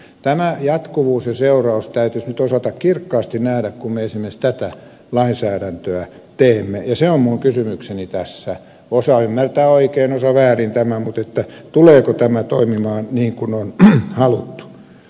tämä jatkuvuus ja seuraus täytyisi nyt osata kirkkaasti nähdä kun me esimerkiksi tätä lainsäädäntöä teemme ja se on minun kysymykseni tässä osa ymmärtää oikein osa väärin tämän tuleeko tämä toimimaan niin kuin on haluttu